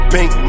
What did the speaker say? Pink